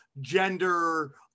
gender